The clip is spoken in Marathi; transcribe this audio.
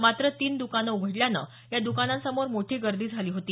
मात्र तीन द्कानं उघडल्यानं या दुकानांसमोर मोठी गर्दी झाली होती